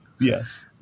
Yes